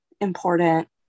important